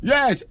Yes